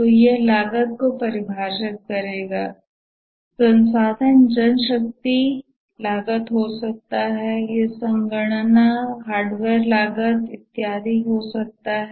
तो यह लागत को परिभाषित करेगा संसाधन जनशक्ति लागत हो सकता है यह संगणना हार्डवेयर लागत इत्यादि हो सकते है